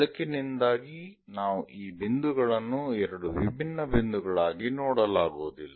ಬೆಳಕಿನಿಂದಾಗಿ ನಾವು ಈ ಬಿಂದುಗಳನ್ನು ಎರಡು ವಿಭಿನ್ನ ಬಿಂದುಗಳಾಗಿ ನೋಡಲಾಗುವುದಿಲ್ಲ